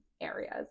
areas